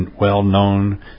well-known